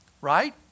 Right